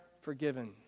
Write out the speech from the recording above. forgiven